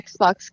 Xbox